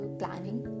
planning